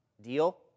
Deal